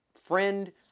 friend